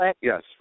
Yes